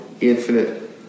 infinite